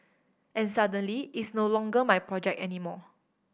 and suddenly it's no longer my project anymore